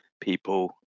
people